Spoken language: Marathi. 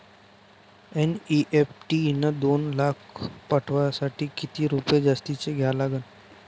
एन.ई.एफ.टी न दोन लाख पाठवासाठी किती रुपये जास्तचे द्या लागन?